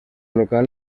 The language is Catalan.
local